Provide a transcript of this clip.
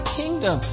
kingdom